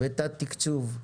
בתת תקצוב,